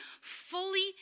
fully